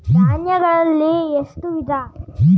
ಧಾನ್ಯಗಳಲ್ಲಿ ಎಷ್ಟು ವಿಧ?